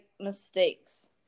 mistakes